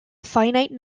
finite